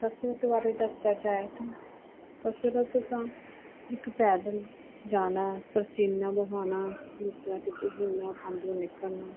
ਕਸਰਤ ਬਾਰੇ ਦੱਸਿਆ ਜਾਏ ਤਾਂ ਕਸਰਤ ਤਾਂ ਇੱਕ ਪੈਦਲ ਜਾਣਾ ਹੈ ਪਸੀਨਾ ਵਹਾਉਣਾ ਜਿਸ ਤਰ੍ਹਾਂ ਕਿ ਪਸੀਨਾ ਅੰਦਰੋਂ ਨਿਕਲਨਾ